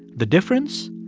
the difference?